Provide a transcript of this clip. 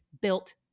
built